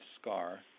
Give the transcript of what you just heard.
scar